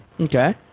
Okay